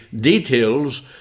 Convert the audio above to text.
details